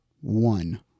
one